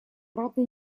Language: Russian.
правда